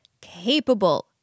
capable